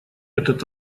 этот